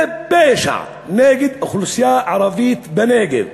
זה פשע נגד האוכלוסייה הערבית בנגב.